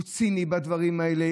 הוא ציני בדברים האלה,